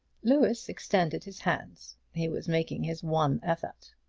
louis extended his hands. he was making his one effort.